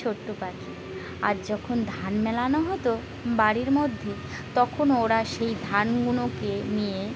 ছোট্ট পাখি আর যখন ধান মেলানো হতো বাড়ির মধ্যে তখন ওরা সেই ধানগুলোকে নিয়ে